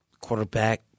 Quarterback